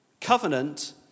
Covenant